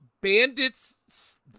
Bandit's